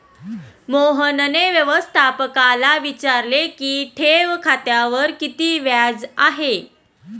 मोहनने व्यवस्थापकाला विचारले की ठेव खात्यावर किती व्याज आहे?